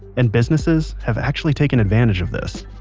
and businesses have actually taken advantage of this.